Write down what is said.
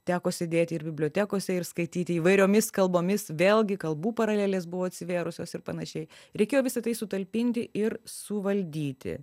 teko sėdėti ir bibliotekose ir skaityti įvairiomis kalbomis vėlgi kalbų paralelės buvo atsivėrusios ir panašiai reikėjo visa tai sutalpinti ir suvaldyti